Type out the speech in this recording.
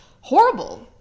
horrible